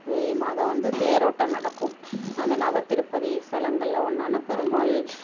மாதம் வந்து தேரோட்டம் நடக்கும் அந்த நவதிருப்பதி ஸ்தலங்களில் ஒன்றான பெருமாள்